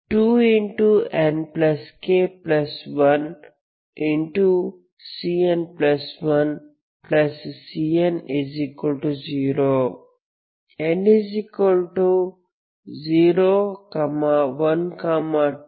2nk1Cn1Cn0n0 1 2